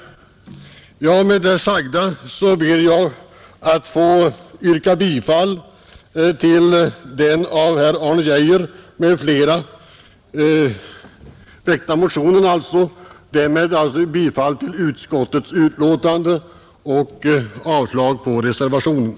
Med det sagda, herr talman, vill jag yrka bifall till den av herr Arne Geijer m.fl. väckta motionen — därmed alltså bifall till utskottets hemställan och avslag på reservationen.